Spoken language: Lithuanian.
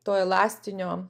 to elastinio